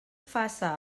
faça